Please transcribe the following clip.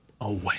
away